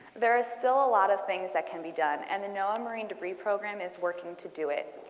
there's still a lot of things that can be done and the noaa um i mean debris program is working to do it.